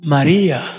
Maria